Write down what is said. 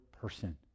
person